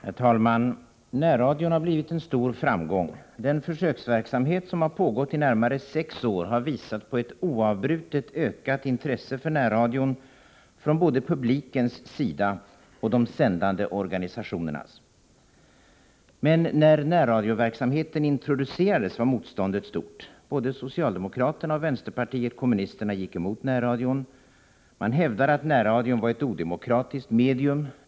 Herr talman! Närradion har blivit en stor framgång. Den försöksverksamhet som har pågått i närmare sex år har visat på ett oavbrutet ökat intresse för närradion från både publiken och de sändande organisationerna. Men då närradioverksamheten introducerades var motståndet stort. Både socialdemokraterna och vänsterpartiet kommunisterna gick emot närradion. De hävdade att närradion var ett odemokratiskt medium.